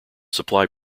supply